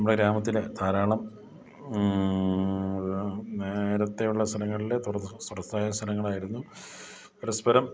നമ്മുടെ ഗ്രാമത്തിൽ ധാരാളം നേരത്തെയുള്ള സ്ഥലങ്ങളിൽ തുറസ്സായ സ്ഥലങ്ങളായിരുന്നു പരസ്പരം